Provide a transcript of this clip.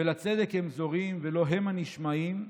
ולצדק הם זורעים, ולו המה נשמעים,